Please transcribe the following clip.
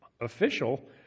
official